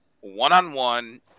one-on-one